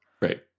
Right